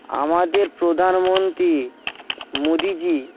আমাদের প্রধানমন্ত্রী মোদিজী